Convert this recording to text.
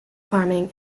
farming